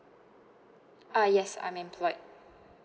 uh yes I'm employed